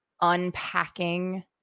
unpacking